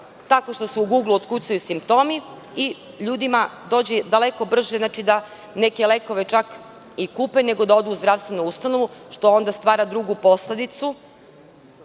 tako što se na Guglu ukucaju simptomi i ljudima dođe daleko brže da neke lekove kupe nego da odu u zdravstvenu ustanovu, što onda stvara drugu posledicu,